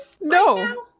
No